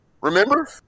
remember